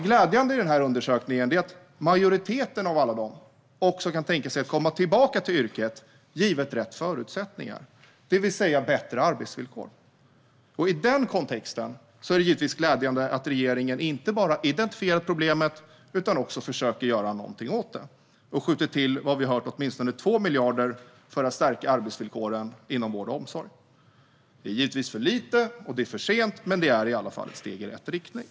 Glädjande i denna undersökning är dock att majoriteten av alla dem också kan tänka sig att med rätt förutsättningar, det vill säga bättre arbetsvillkor, komma tillbaka till yrket. I den kontexten är det givetvis glädjande att regeringen inte bara identifierat problemet utan också försöker göra någonting åt det och skjuter till åtminstone 2 miljarder för att stärka arbetsvillkoren inom vården. Det här är både för lite och för sent, men det är i alla fall ett steg i rätt riktning.